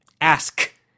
Ask